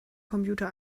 computer